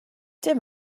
dim